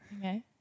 Okay